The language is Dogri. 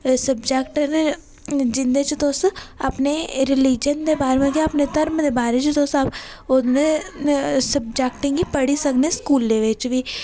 सब्जेक्ट न जिं'दे च तुस अपने रिलिजन दे बारै मतलब कि अपने धर्म दे बारे च मतलब तुस सब्जेक्टें गी पढ़ी सकने स्कुलें बिच बी ते